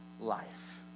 life